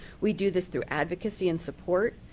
we do this through advocacy and support,